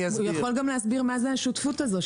הוא יכול גם להסביר מה זה השותפות הזו,